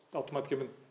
automaticamente